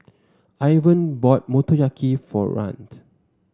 Ivan bought Motoyaki for